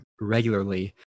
regularly